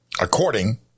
According